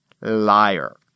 Liar